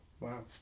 Wow